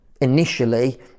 initially